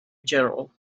general